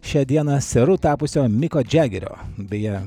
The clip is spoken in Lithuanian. šią dieną seru tapusio miko džegerio beje